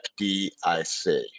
FDIC